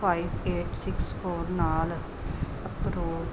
five eight six four ਨਾਲ upload